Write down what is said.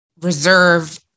Reserve